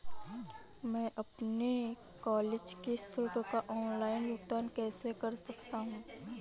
मैं अपने कॉलेज की शुल्क का ऑनलाइन भुगतान कैसे कर सकता हूँ?